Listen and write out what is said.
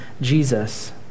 Jesus